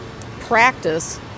practice